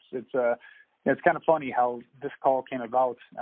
it's ah and it's kind of funny how this call came about.